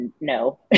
no